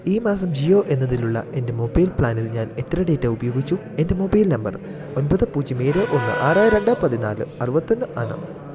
ഈ മാസം ജിയോ എന്നതിലുള്ള എൻ്റെ മൊബൈൽ പ്ലാനിൽ ഞാൻ എത്ര ഡാറ്റ ഉപയോഗിച്ചു എൻ്റെ മൊബൈൽ നമ്പർ ഒമ്പത് പൂജ്യം ഏഴ് ഒന്ന് ആറ് രണ്ട് പതിനാല് അറുപത്തൊന്ന് ആണ്